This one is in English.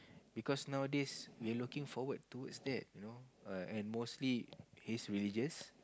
because nowadays we looking forward towards that you know and mostly he's religious